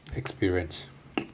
experience